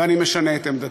ואני משנה את עמדתי.